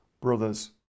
brothers